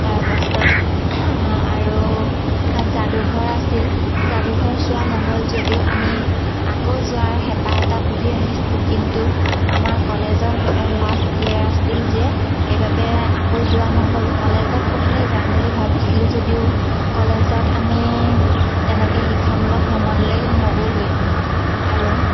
তাৰপাছত আৰু যাদুঘৰ আছিল যাদুঘৰ চোৱা নহ'ল যদিও আমি আকৌ যোৱাৰ হেঁপাহ এটা পুহি ৰাখিছিলোঁ কিন্তু আমাৰ কলেজৰ লাষ্ট ইয়েৰ আছিল যে সেইবাবে আকৌ যোৱা নহ'ল কলেজত পঢ়িলে যাম বুলি ভাবিছিলোঁ যদিও কলেজত আমি তেনেকৈ শিক্ষামূলক ভ্ৰমণলৈ নগ'লোৱেই আৰু